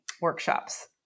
workshops